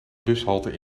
bushalte